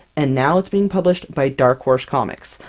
and now it's being published by dark horse comics!